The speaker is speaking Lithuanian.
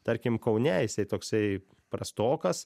tarkim kaune jisai toksai prastokas